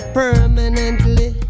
permanently